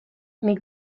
nik